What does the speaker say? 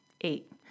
Eight